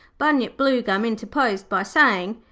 bunyip bluegum interposed by saying,